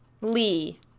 Lee